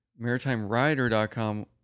MaritimeRider.com